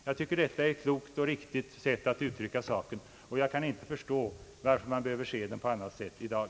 Jag tycker att detta är ett klokt och riktigt sätt att uttrycka saken, och jag kan inte förstå varför man skall intaga en annan ställning i dag.